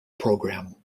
program